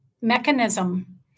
mechanism